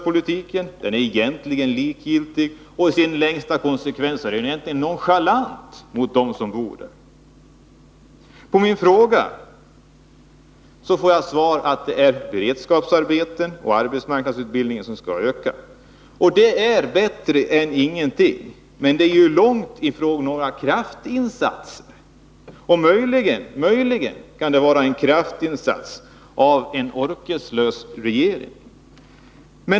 Politiken är kraftlös och likgiltig, ja egentligen är den nonchalant mot dem som bor i Kopparbergs län. På min fråga får jag till svar att beredskapsarbetena och arbetsmarknadsutbildningen skall öka. Det är bättre än ingenting, men det är långt ifrån några kraftinsatser. Möjligen kan det vara en kraftinsats av en orkeslös regering.